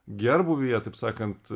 gerbūvyje taip sakant